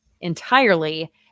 entirely